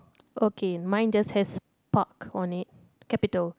okay mine just has park on it capital